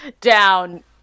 down